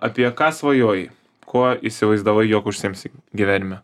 apie ką svajojai kuo įsivaizdavai jog užsiimsi gyvenime